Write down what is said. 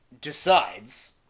decides